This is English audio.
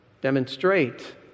demonstrate